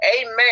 Amen